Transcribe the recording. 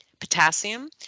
potassium